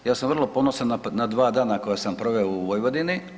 Ja sam vrlo ponosan na dva dana koja sam proveo u Vojvodini.